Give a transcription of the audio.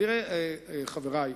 חברי,